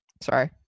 Sorry